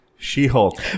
She-Hulk